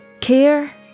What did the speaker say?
care